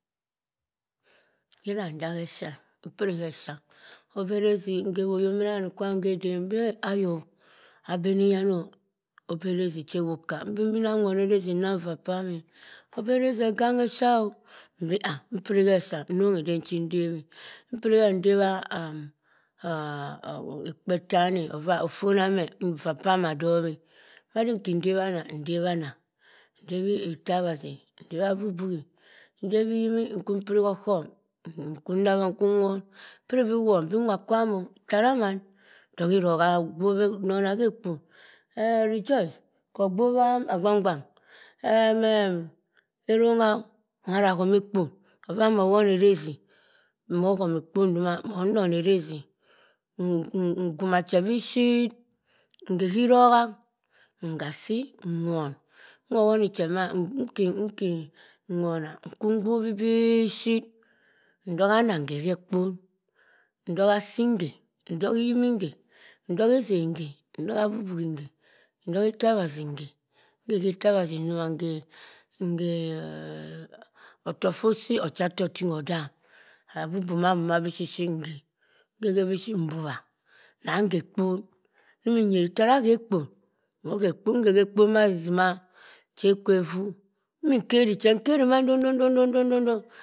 Heran dah heh esah apire heh effia obeh ereze oyomina yok kwam eden beh ayok abiniyin oh obeh ereze che ewok kah mbe muni anwa woneh ereze nam va pam me- ch abe ereze egang effia mbe ah mpiri heh effia nunghe eden cho ndep eh mpiri hin ndewa ekpo etan ova fungh meh fah pah mah atop eh wurinke nde wanna ndep ana ndewi nta base ndewi abuh buhi ndewo nku mpiri hoh okum nkwu nawa nkwu won abeh nonah heh ekpon heh rejoice ogbuwa angban em em erongha mma nah wuh meh ekpon ova muh owoni ereze umuhomze ekpon duma meh wonne ereze nguma che bi ship ngeh heh erogha ngaso nwoh nne ewoni che mma nkin nwona nkin mbowi beh ship ntogha ana ngeh hegbon ntogha asi nghe nton ehim ngeh ntoghe esem nge ntoghe abubuhu nge ntoghe etawosi ngeh ngeh hi etawa asi ngeh otokk foh usi ucha tokk tim odam habubugha mna ship ship ngeh ngeh beh bi ship mbuwa nah ngeh beh bi ship mbuwa nah ngeh ekpon nyeri ntera deh ekpon meh nge ekpon ma chi ma che ekwe evu emi enkeri che mi nkeri ma ndo do ndo ndo.